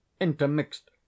intermixed